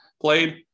played